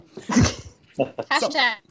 Hashtag